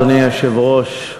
אדוני היושב-ראש,